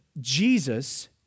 Jesus